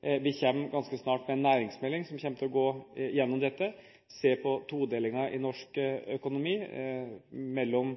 Vi kommer ganske snart med en næringsmelding hvor vi vil gå igjennom dette, se på todelingen i norsk økonomi – mellom